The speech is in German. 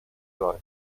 soll